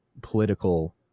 political